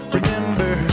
Remember